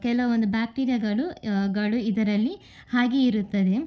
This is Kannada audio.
ಕೆಲವೊಂದು ಬ್ಯಾಕ್ಟೀರಿಯಾಗಳು ಗಳು ಇದರಲ್ಲಿ ಹಾಗೆ ಇರುತ್ತದೆ